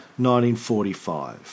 1945